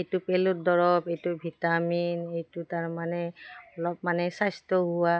এইটো পেলুৰ দৰৱ এইটো ভিটামিন এইটো তাৰমানে অলপ মানে স্বাস্থ্য হোৱা